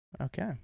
Okay